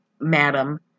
madam